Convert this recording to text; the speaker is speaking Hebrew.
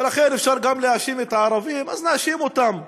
ולכן, אפשר להאשים את הערבים, אז נאשים אותם.